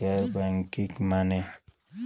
गैर बैंकिंग माने?